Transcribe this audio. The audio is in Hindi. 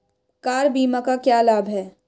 कार बीमा का क्या लाभ है?